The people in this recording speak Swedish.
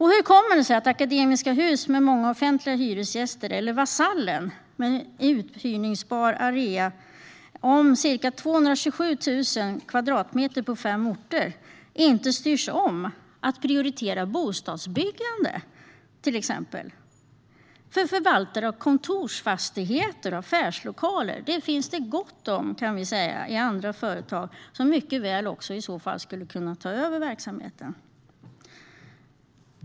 Hur kommer det sig att Akademiska Hus, med många offentliga hyresgäster, eller Vasallen, med en uthyrbar area om ca 227 000 kvadratmeter på fem orter, inte styrs om till att prioritera till exempel bostadsbyggande? Förvaltare av kontorsfastigheter och affärslokaler finns det gott om i andra företag, som i så fall mycket väl skulle kunna ta över verksamheten.